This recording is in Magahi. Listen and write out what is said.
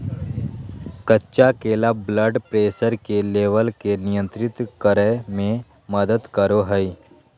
कच्चा केला ब्लड प्रेशर के लेवल के नियंत्रित करय में मदद करो हइ